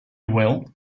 will